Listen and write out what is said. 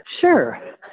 Sure